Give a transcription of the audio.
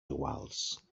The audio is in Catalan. iguals